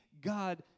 God